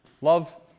Love